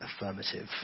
affirmative